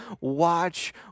watch